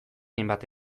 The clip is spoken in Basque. hainbat